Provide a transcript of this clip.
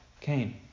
came